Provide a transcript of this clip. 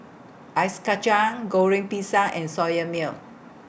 Ice Kachang Goreng Pisang and Soya Milk